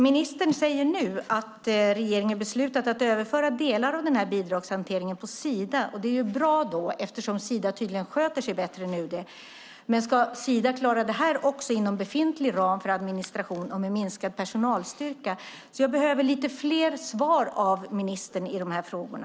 Ministern säger nu att regeringen har beslutat att överföra delar av bidragshanteringen till Sida. Det är bra, eftersom Sida tydligen sköter sig bättre än UD. Men ska Sida klara även detta inom befintlig ram för administration och med minskad personalstyrka? Jag behöver lite fler svar av ministern i de här frågorna.